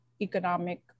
economic